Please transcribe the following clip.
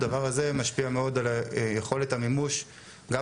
דבר זה משפיע מאוד על יכולת המימוש גם